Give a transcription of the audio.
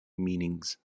meanings